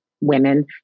women